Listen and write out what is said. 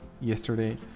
yesterday